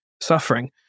suffering